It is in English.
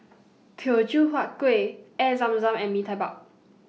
Teochew Huat Kueh Air Zam Zam and Mee Tai Mak